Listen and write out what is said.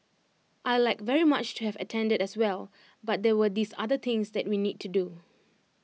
I'd like very much to have attended as well but there were these other things that we need to do